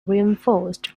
reinforced